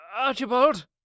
Archibald